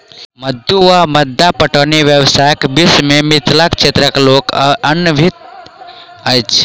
मद्दु वा मद्दा पटौनी व्यवस्थाक विषय मे मिथिला क्षेत्रक लोक अनभिज्ञ अछि